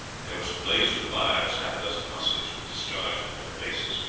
there was a blaze of fire as half a dozen muskets were discharged in their faces.